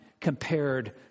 compared